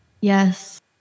yes